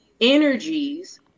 energies